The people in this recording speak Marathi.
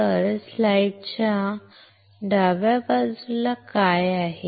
तर स्लाइडच्या डाव्या बाजूला काय आहे